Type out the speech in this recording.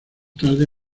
tarde